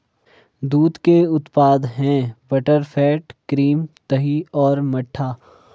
दूध के उत्पाद हैं बटरफैट, क्रीम, दही और मट्ठा